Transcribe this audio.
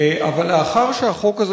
אבל לאחר שהחוק הזה,